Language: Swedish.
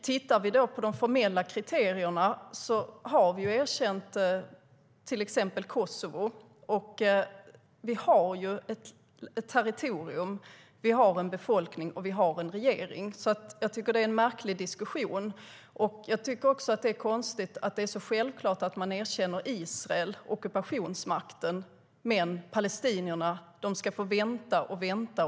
Vad gäller de formella kriterierna har vi erkänt till exempel Kosovo. Det finns ett territorium, det finns en befolkning och det finns en regering. Jag tycker alltså att det är en märklig diskussion. Jag tycker också att det är konstigt att det är så självklart att erkänna Israel, alltså ockupationsmakten, medan palestinierna ska få vänta och vänta.